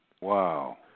Wow